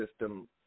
system